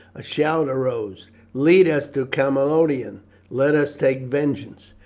a shout arose lead us to camalodunum! let us take vengeance!